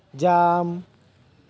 jam